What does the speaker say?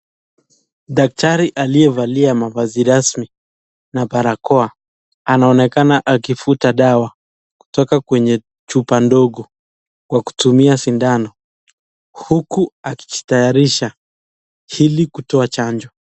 Daktari aliyevalia vazi rasmi na barakoa anaonekana akivuta dawa kutoka kwenye chupa ndogo kwa kutumia sindano huku akijitayarisha kutoa chanjo.